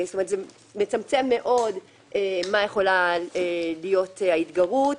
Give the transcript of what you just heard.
זה מצמצם מאוד מה יכולה להיות ההתגרות,